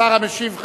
השר המשיב,